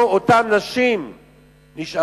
נושא